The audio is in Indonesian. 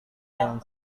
dengan